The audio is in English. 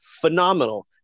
Phenomenal